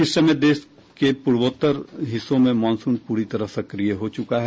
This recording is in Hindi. इस समय देश की पूर्वोत्तर हिस्सों में मॉनसून पूरी तरह सक्रिय हो गया है